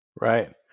Right